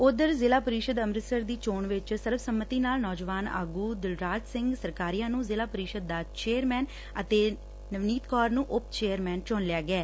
ਉਧਰ ਜ਼ਿਲ੍ਹਾ ਪਰਿਸ਼ਦ ਅੰਮ੍ਤਿਸਰ ਦੀ ਚੋਣ ਵਿਚ ਸਰਬਸੰਮਤੀ ਨਾਲ ਨੌਜਵਾਨ ਆਗੂ ਦਿਲਰਾਜ ਸੰਘ ਸਰਕਾਰੀਆ ਨੂੰ ਜ਼ਿਲਾ ਪਰਿਸ਼ਦ ਦਾ ਚੇਅਰਮੈਨ ਅਤੇ ਨਵਨੀਤ ਕੌਰ ਨੂੰ ਉਪ ਚੇਅਰਮੈਨ ਚੁਣ ਲਿਆ ਗਿਐ